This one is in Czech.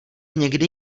někdy